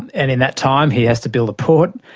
and in that time he has to build a port,